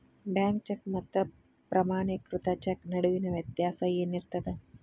Bank cheque ಮತ್ತ ಪ್ರಮಾಣೇಕೃತ cheque ನಡುವಿನ್ ವ್ಯತ್ಯಾಸ ಏನಿರ್ತದ?